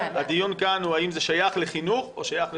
--- הדיון כאן הוא על השאלה האם זה שייך לחינוך או שייך לחוקה.